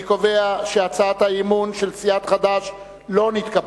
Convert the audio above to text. אני קובע שהצעת האי-אמון של סיעת חד"ש לא נתקבלה.